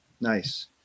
nice